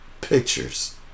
pictures